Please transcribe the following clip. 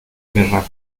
querrá